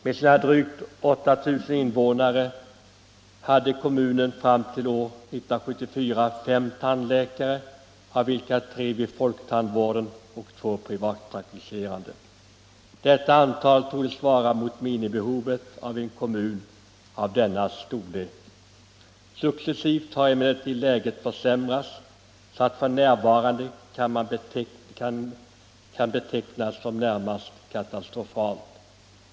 Med sina drygt 8 000 invånare hade kommunen fram till år 1974 fem tandläkare, av vilka tre vid folktandvården och två privatpraktiserande. Detta antal svarar mot minimibehovet i en kommun av denna storlek. Successivt har emellertid läget försämrats. F. n. kan det betecknas som närmast katastrofalt.